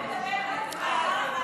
על מה את מדברת?